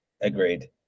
Agreed